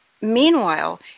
Meanwhile